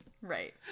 Right